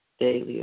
daily